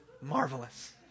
marvelous